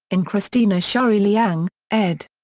in christina schori liang, ed.